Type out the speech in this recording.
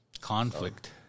Conflict